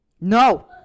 No